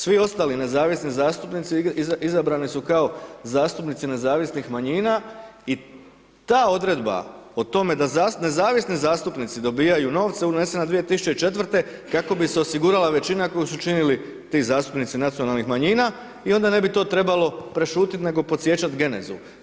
Svi ostali nezavisni zastupnici izabrani su kao zastupnici nezavisnih manjina i ta odredba o tome da nezavisni zastupnici dobijaju novce unesena 2004. kako bi se osigurala većina koju su činili ti zastupnici nacionalnih manjina i onda ne bi to trebalo prešutit nego podsjećat genezu.